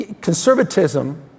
conservatism